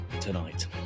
Tonight